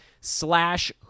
slash